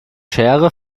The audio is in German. schere